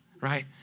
right